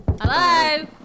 Hello